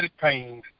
pain